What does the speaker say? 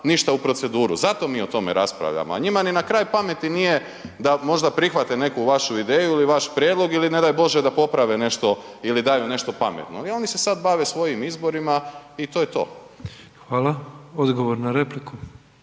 ništa u proceduru. Zato mi o tome raspravljamo, a njima ni na kraj pameti nije da možda prihvate neku vašu ideju ili vaš prijedlog ili ne daj Bože da poprave nešto ili daju nešto pametno. I oni se sad bave svojim izborima i to je to. **Petrov, Božo